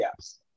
apps